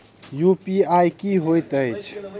UPI की होइत अछि